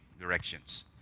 directions